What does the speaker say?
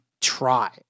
try